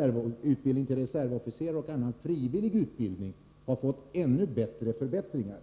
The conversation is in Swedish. genomgår utbildning till reservofficerare och annan frivillig utbildning har dessutom fått ännu större förbättringar.